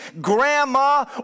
grandma